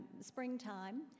springtime